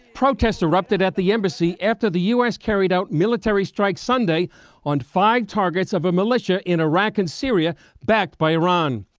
protests erupted at the embassy after the u s. carried out military strikes sunday on five targets of a militia in iraq and syria backed by iran.